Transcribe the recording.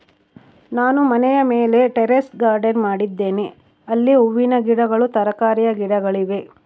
ನಾನು ಮನೆಯ ಮೇಲೆ ಟೆರೇಸ್ ಗಾರ್ಡೆನ್ ಮಾಡಿದ್ದೇನೆ, ಅಲ್ಲಿ ಹೂವಿನ ಗಿಡಗಳು, ತರಕಾರಿಯ ಗಿಡಗಳಿವೆ